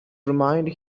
reminded